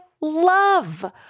love